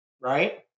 right